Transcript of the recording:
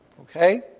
Okay